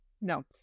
no